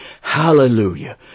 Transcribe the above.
Hallelujah